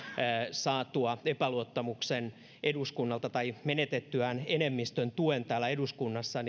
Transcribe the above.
saatua epäluottamuksen eduskunnalta tai menetettyään enemmistön tuen täällä eduskunnassa